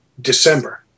December